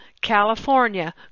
California